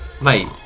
Mate